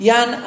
Yan